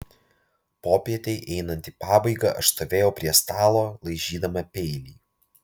popietei einant į pabaigą aš stovėjau prie stalo laižydama peilį